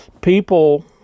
people